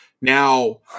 Now